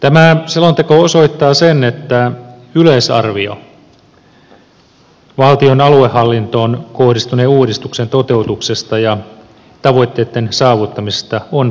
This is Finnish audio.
tämä selonteko osoittaa sen että yleisarvio valtion aluehallintoon kohdistuneen uudistuksen toteutuksesta ja tavoitteitten saavuttamisesta on positiivinen